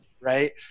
Right